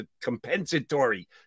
compensatory